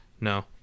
No